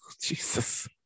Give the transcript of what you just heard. jesus